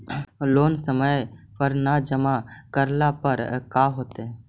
Loan समय पर न जमा करला पर का होतइ?